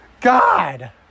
God